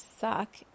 suck